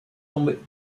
tomber